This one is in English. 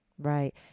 Right